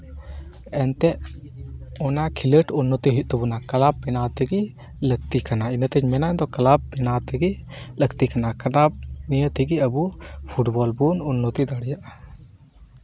ᱮᱱᱛᱮᱫ ᱚᱱᱟ ᱠᱷᱮᱞᱳᱰ ᱩᱱᱱᱚᱛᱤ ᱦᱩᱭᱩᱜ ᱛᱟᱵᱚᱱᱟ ᱠᱞᱟᱵᱽ ᱵᱮᱱᱟᱣ ᱛᱮᱜᱮ ᱞᱟᱹᱠᱛᱤ ᱠᱟᱱᱟ ᱤᱱᱟᱹᱛᱤᱧ ᱢᱮᱱᱟ ᱠᱞᱟᱵᱽ ᱵᱮᱱᱟᱣ ᱛᱮᱜᱮ ᱞᱟᱹᱠᱛᱤ ᱠᱟᱱᱟ ᱠᱞᱟᱵᱽ ᱱᱤᱭᱟᱹ ᱛᱮᱜᱮ ᱟᱵᱚ ᱯᱷᱩᱴᱵᱚᱞ ᱵᱚᱱ ᱩᱱᱱᱚᱛᱤ ᱫᱟᱲᱮᱭᱟᱜᱼᱟ